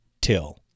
till